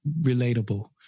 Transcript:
relatable